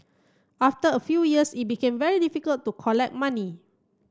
after a few years it became very difficult to collect money